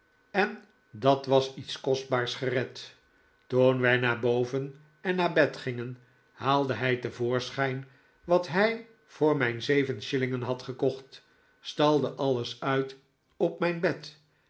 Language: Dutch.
en dat was iets kostbaars gered toen wij naar boven en naar bed gingen haalde hij te voorschijn wat hij voor mijn zeven shillingen had gekocht stalde alles uit op mijn bed